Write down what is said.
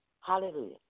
Hallelujah